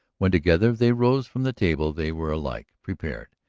when together they rose from the table they were alike prepared,